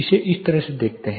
इसे इस तरह से देखते हैं